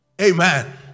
Amen